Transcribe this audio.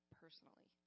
personally